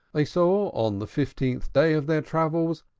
they saw, on the fifteenth day of their travels,